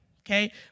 okay